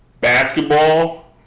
Basketball